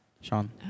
Sean